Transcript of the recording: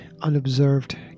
unobserved